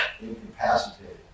incapacitated